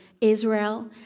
Israel